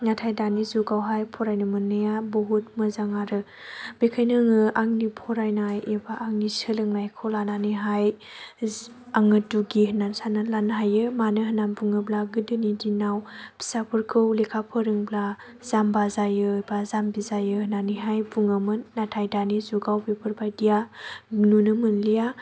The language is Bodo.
नाथाय दानि जुगावहाय फरायनो मोननाया बहुद मोजां आरो बेनिखायनो आङो आंनि फरायनाय एबा आंनि सोलोंनायखौ लानानैहाय आङो दुगि होननानै साननानै लानो हायो मानो होननानै बुङोब्ला गोदोनि दिनाव फिसाफोरखौ लेखा फोरोंब्ला जामबा जायो बा जामबि जायो होनानैहाय बुङोमोन नाथाय दानि जुगाव बेफोरबायदिया नुनो मोनलिया